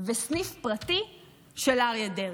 וסניף פרטי של אריה דרעי.